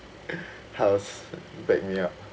house back me up